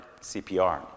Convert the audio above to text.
CPR